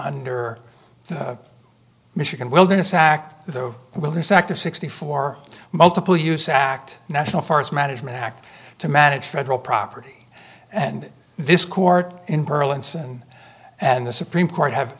under the michigan wilderness act and will be sacked of sixty four multiple use act national forest management act to manage federal property and this court in perl and and the supreme court have